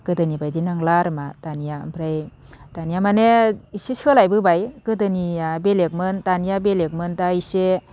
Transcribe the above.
गोदोनि बायदि नंला आरोमा दानिया ओमफ्राय दानिया माने इसे सोलाय बोबाय गोदोनिया बेलेगमोन दानिया बेलेगमोन दा इसे